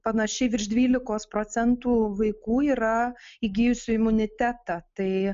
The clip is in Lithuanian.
panašiai virš dvylikos procentų vaikų yra įgijusių imunitetą tai